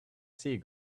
sea